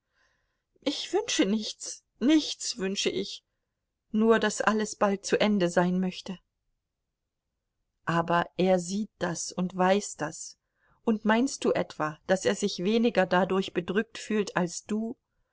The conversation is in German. ich wünsche nichts nichts wünsche ich nur daß alles bald zu ende sein möchte aber er sieht das und weiß das und meinst du etwa daß er sich weniger dadurch bedrückt fühlt als du